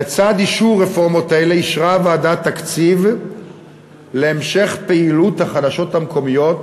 לצד אישור רפורמות אלה אישרה הוועדה תקציב להמשך פעילות החדשות המקומיות